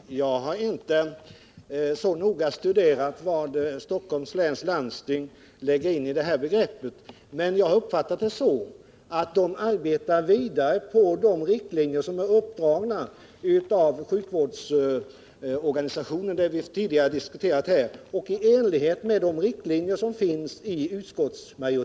Herr talman! Jag har inte så noga studerat vad bl.a. Stockholms läns Torsdagen den landsting lägger in i detta begrepp, men jag har uppfattat det så att man där 31 maj 1979 arbetar vidare enligt de riktlinjer som är uppdragna för den sjukvårdsorganisation som vi tidigare diskuterat här och som redovisas i